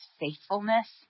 faithfulness